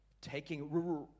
taking